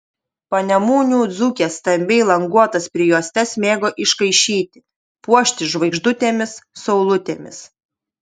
panemunių dzūkės stambiai languotas prijuostes mėgo iškaišyti puošti žvaigždutėmis saulutėmis